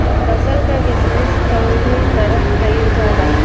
फसल क बिजनेस कउने तरह कईल जाला?